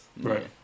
Right